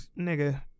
nigga